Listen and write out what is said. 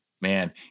man